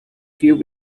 few